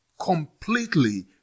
Completely